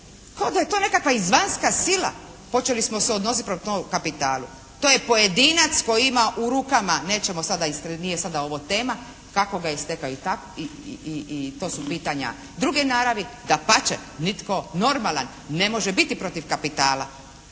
kao da je to nekakva izvanjska sila, počeli smo se odnositi prema tom kapitalu. To je pojedinac koji ima u rukama, nećemo sada ispred, nije ovo tema, kako ga je stekao i to su pitanja druge naravi. Dapače, nitko normalan ne može biti protiv kapitala.